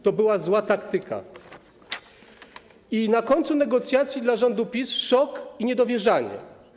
To była zła taktyka i na końcu negocjacji dla rządu PiS szok i niedowierzanie.